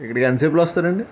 ఇక్కడికి ఎంతసేపటిలో వస్తారండి